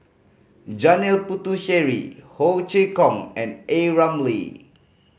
Janil Puthucheary Ho Chee Kong and A Ramli